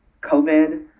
COVID